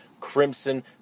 Crimson